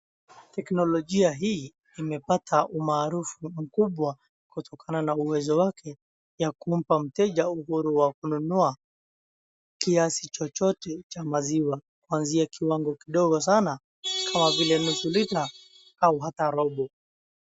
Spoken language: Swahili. Teknolojia hii imepata umaarufu mkubwa kutokana na uwezo wake ya kumpa mteja uhuru wa kununua kiasi chochote cha maziwa kuanzia nusu lita au hata robo.